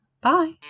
Bye